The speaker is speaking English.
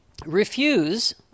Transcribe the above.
Refuse